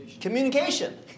Communication